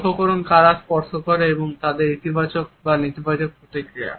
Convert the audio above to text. লক্ষ্য করুন কারা স্পর্শ করে এবং তাদের ইতিবাচক বা নেতিবাচক প্রতিক্রিয়া